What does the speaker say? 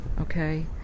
Okay